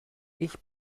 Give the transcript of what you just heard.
ich